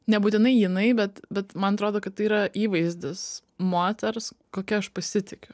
nebūtinai jinai bet bet man atrodo kad tai yra įvaizdis moters kokia aš pasitikiu